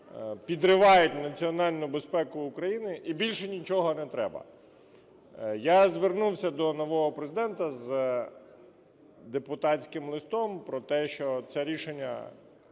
підривають національну безпеку України, і більше нічого не треба. Я звернувся до нового Президента з депутатським листом про те, що це рішення